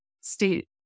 state